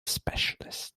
specialist